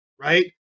right